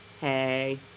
Hey